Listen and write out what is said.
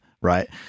right